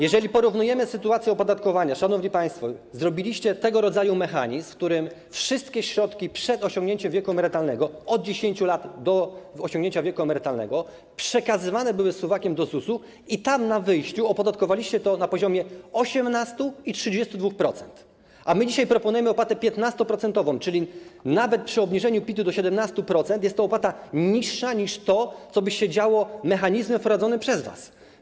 Jeżeli porównujemy sytuację opodatkowania, szanowni państwo, stworzyliście tego rodzaju mechanizm, w którym wszystkie środki przed osiągnięciem wieku emerytalnego, od 10 lat do osiągnięcia wieku emerytalnego, przekazywane były suwakiem do ZUS-u i tam na wyjściu opodatkowaliście to na poziomie 18% i 32%, a my dzisiaj proponujemy opłatę 15%, czyli nawet przy obniżeniu PIT-u do 17% jest to opłata niższa niż to, co by się działo przy wprowadzonym przez was mechanizmie.